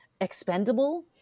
expendable